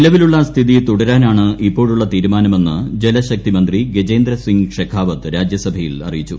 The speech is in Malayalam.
നിലവിലുള്ള സ്ഥിതി തുടരാനാണ് ഇപ്പോഴുള്ള തീരുമാനമെന്ന് ജലശക്തി മന്ത്രി ഗജേന്ദ്രസിംഗ് ഷെഖാവത് രാജ്യസഭയിൽ അറിയിച്ചു